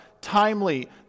timely